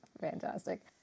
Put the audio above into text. Fantastic